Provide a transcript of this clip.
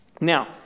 Now